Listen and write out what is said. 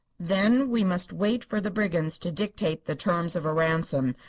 then we must wait for the brigands to dictate the terms of a ransom,